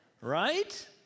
Right